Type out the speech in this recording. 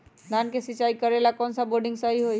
धान के सिचाई करे ला कौन सा बोर्डिंग सही होई?